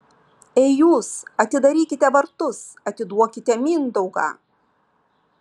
ei jūs atidarykite vartus atiduokite mindaugą